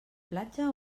platja